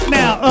now